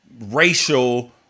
racial